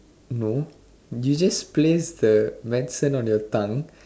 no you just place the medicine on your tongue